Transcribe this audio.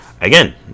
Again